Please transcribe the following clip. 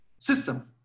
system